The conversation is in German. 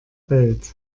welt